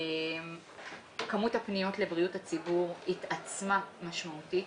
כמות הפניות לבריאות הציבור התעצמה משמעותית.